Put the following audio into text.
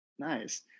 Nice